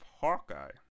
Hawkeye